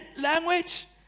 language